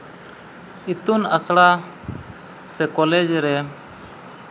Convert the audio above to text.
ᱤᱛᱩᱱ ᱟᱥᱲᱟ ᱥᱮ ᱠᱚᱞᱮᱡᱽ ᱨᱮ